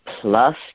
plus